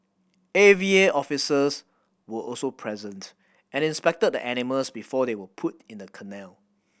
A V A officers were also present and inspected the animals before they were put in the kennel